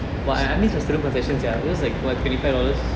!wah! I I miss the student concession sia it was like what twenty five dollars